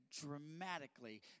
dramatically